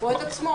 "או את עצמו".